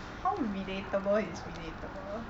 how relatable is relatable